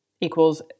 equals